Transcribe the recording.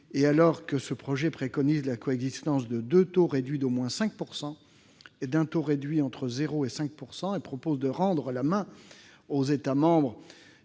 alors même que ce projet préconise la coexistence de deux taux réduits d'au moins 5 % et d'un autre taux réduit entre 0 % et 5 % et propose de rendre la main aux États membres